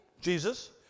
Jesus